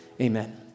Amen